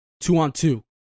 two-on-two